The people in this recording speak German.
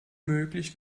möglich